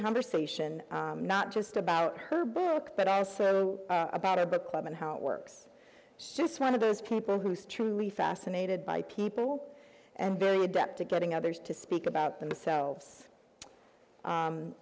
conversation not just about her book but also about a book club and how it works so it's one of those people who is truly fascinated by people and very adept at getting others to speak about themselves